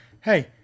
hey